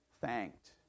thanked